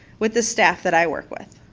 with the staff that i work with.